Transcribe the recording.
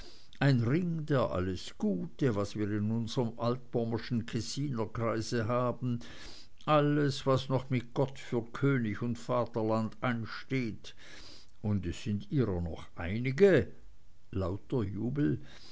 ein ring der alles gute was wir in unsrem altpommerschen kessiner kreise haben alles was noch mit gott für könig und vaterland einsteht und es sind ihrer noch einige